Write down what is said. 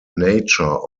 nature